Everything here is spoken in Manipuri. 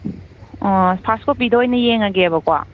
ꯐꯥꯔꯁ ꯀꯣꯄꯤꯗ ꯑꯣꯏꯅ ꯌꯦꯡꯉꯒꯦꯕꯀꯣ